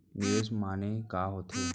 निवेश माने का होथे?